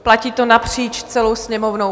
Platí to napříč celou Sněmovnou.